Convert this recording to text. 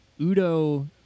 Udo